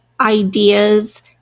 ideas